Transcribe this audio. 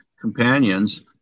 companions